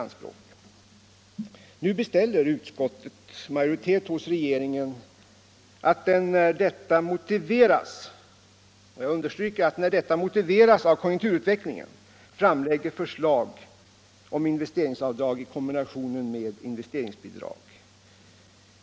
Nu hemställer utskottets majoritet hos regeringen att den, när detta motiveras av konjunkturutvecklingen, framlägger förslag om investeringsavdrag i kombination med investeringsbidrag.